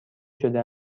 شده